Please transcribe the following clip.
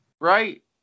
right